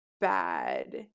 bad